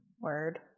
Word